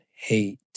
hate